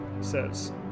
says